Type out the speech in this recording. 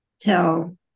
tell